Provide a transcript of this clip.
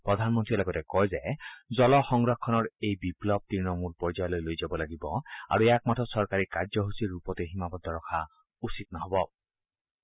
প্ৰধানমন্ত্ৰীয়ে লগতে কয় যে জল সংৰক্ষণৰ এই বিপ্লৱ তৃণমূল পৰ্যায়লৈ লৈ যাব লাগিব আৰু ইয়াক মাথো চৰকাৰী কাৰ্যসূচীৰ ৰূপতে সীমাবদ্ধ ৰখা উচিত নহ'ব